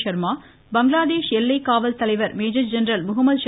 ஷர்மா பங்களாதேஷ் எல்லை காவல் தலைவர் மேஜர் ஜெனரல் முஹமது ஷ